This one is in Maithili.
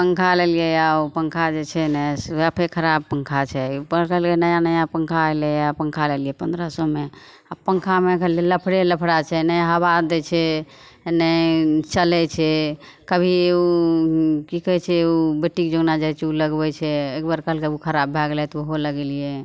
पन्खा लेलिए यऽ ओ पन्खा जे छै ने से ओ खराब पन्खा छै परसुए नया नया पन्खा अएलैए आओर पन्खा लेलिए पनरह सओमे आओर पन्खामे खाली लफड़े लफड़ा छै नहि हवा दै छै नहि चलै छै कभी ओ कि कहै छै ओ बैटरी जौना जे छै ओ लगबै छै एकबेर कहलकै ओ खराब भै गेलै तऽ ओहो लगेलिए